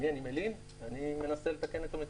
אני מנסה לתקן את המציאות.